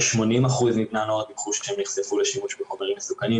כ-80% מבני הנוער דיווחו שהם נחשפו לשימוש בחומרים מסוכנים.